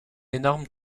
énorme